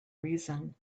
reason